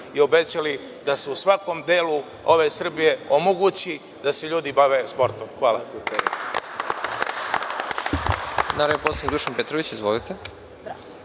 i obećali, da se u svakom delu ove Srbije omogući da se ljudi bave sportom. Hvala.